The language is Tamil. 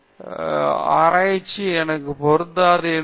எனவே ஆராய்ச்சி எனக்கு பொருந்தாது என்று